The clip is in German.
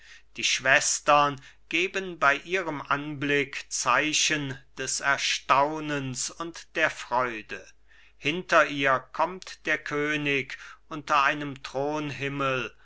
die schwestern geben bei ihrem anblick zeichen des erstaunens und der freude hinter ihr kommt der könig unter einem